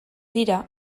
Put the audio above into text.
dira